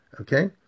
Okay